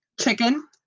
Chicken